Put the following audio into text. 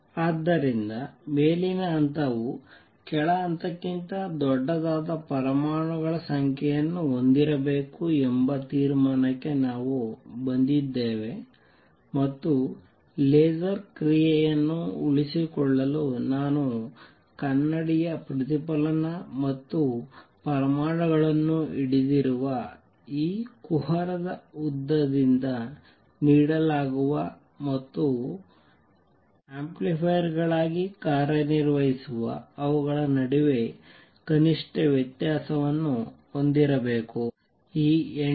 ಆದ್ದರಿಂದ ಮೇಲಿನ ಹಂತವು ಕೆಳ ಹಂತಕ್ಕಿಂತ ದೊಡ್ಡದಾದ ಪರಮಾಣುಗಳ ಸಂಖ್ಯೆಯನ್ನು ಹೊಂದಿರಬೇಕು ಎಂಬ ತೀರ್ಮಾನಕ್ಕೆ ನಾವು ಬಂದಿದ್ದೇವೆ ಮತ್ತು ಲೇಸರ್ ಕ್ರಿಯೆಯನ್ನು ಉಳಿಸಿಕೊಳ್ಳಲು ನಾನು ಕನ್ನಡಿಯ ಪ್ರತಿಫಲನ ಮತ್ತು ಈ ಪರಮಾಣುಗಳನ್ನು ಹಿಡಿದಿರುವ ಈ ಕುಹರದ ಉದ್ದದಿಂದ ನೀಡಲಾಗುವ ಮತ್ತು ಆಂಪ್ಲಿಫೈಯರ್ ಗಳಾಗಿ ಕಾರ್ಯನಿರ್ವಹಿಸುವ ಅವುಗಳ ನಡುವೆ ಕನಿಷ್ಠ ವ್ಯತ್ಯಾಸವನ್ನು ಹೊಂದಿರಬೇಕು